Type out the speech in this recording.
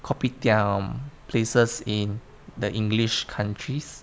kopitiam places in the english countries